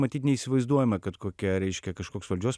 matyt neįsivaizduojama kad kokia reiškia kažkoks valdžios